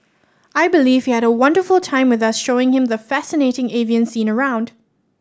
I believe he had a wonderful time with us showing him the fascinating avian scene around